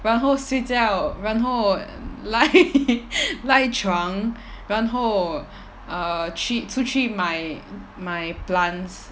然后睡觉然后赖 赖床然后 err 去出去买买 plants